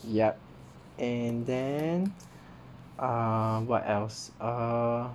ya and then um what else err